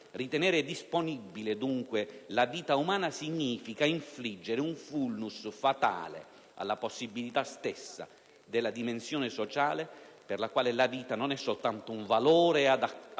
Ritenere disponibile dunque la vita umana significa infliggere un *vulnus* fatale alla possibilità stessa della dimensione sociale, per la quale la vita non è soltanto un valore accanto